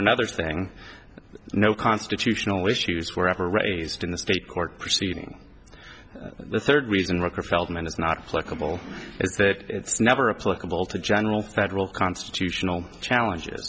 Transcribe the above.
another thing no constitutional issues were ever raised in the state court proceeding the third reason rucker feldman is not flexible is that it's never a political to general federal constitutional challenges